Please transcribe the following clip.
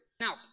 Now